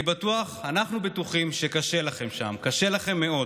אנחנו בטוחים שקשה לכם שם, קשה לכם מאוד.